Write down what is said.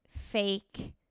fake